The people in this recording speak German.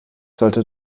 sollte